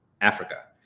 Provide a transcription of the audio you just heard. Africa